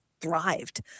thrived